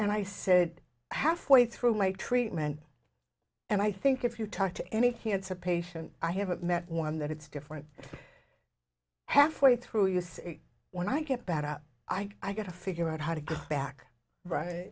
and i said halfway through my treatment and i think if you talk to any cancer patient i haven't met one that it's different halfway through is when i get back up i got to figure out how to get back right